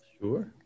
Sure